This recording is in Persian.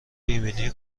ایمنی